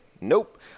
Nope